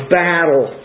battle